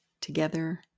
together